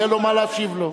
יהיה לו מה להשיב לו.